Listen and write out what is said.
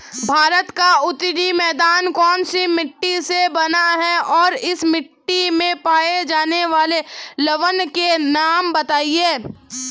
भारत का उत्तरी मैदान कौनसी मिट्टी से बना है और इस मिट्टी में पाए जाने वाले लवण के नाम बताइए?